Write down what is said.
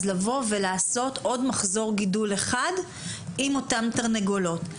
יש לכם אפשרות לבוא ולעשות עוד מחזור גידול אחד עם אותן תרנגולות.